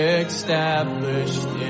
established